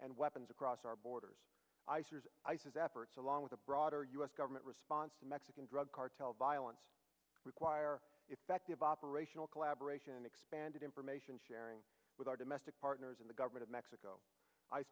and weapons across our borders i says i says efforts along with a broader u s government response to mexican drug cartel violence require effective operational collaboration and expanded information sharing with our domestic partners and the government of mexico i